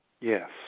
Yes